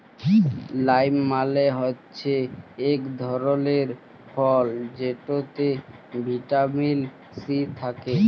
lime মালে হচ্যে ইক ধরলের ফল যেটতে ভিটামিল সি থ্যাকে